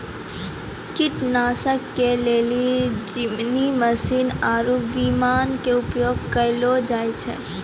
कीटनाशक के लेली जमीनी मशीन आरु विमान के उपयोग कयलो जाय छै